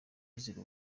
bizira